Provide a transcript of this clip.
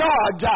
God